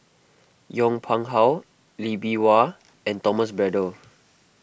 Yong Pung How Lee Bee Wah and Thomas Braddell